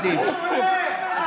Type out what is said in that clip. מסוכן יותר מהמחבלים.